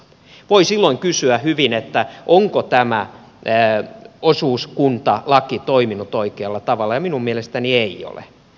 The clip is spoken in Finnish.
voi silloin kysyä hyvin onko tämä osuuskuntalaki toiminut oikealla tavalla ja minun mielestäni ei ole